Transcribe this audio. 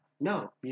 No